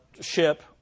ship